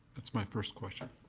that's my first question.